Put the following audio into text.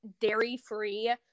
dairy-free